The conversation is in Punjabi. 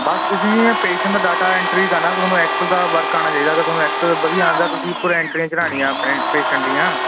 ਬਸ ਖੁਸ਼ੀ ਦਾ ਡਾਟਾ ਐਂਟਰੀ ਕਰਨਾ ਤੁਹਾਨੂੰ ਐਕਸਲ਼ ਦਾ ਵਰਕ ਆਉਣਾ ਚਾਹੀਦਾ ਤੁਹਾਨੂੰ ਇੱਕ ਵਧੀਆ ਆਉਂਦਾ ਤੁਸੀਂ ਉੱਪਰ ਐਂਟਰੀਆਂ ਚਰਾਣੀ ਪੇਸ਼ਂਟ ਦੀਆਂ